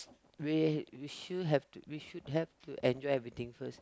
we we should have to we should have to enjoy everything first